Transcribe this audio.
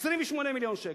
28 מיליון שקל.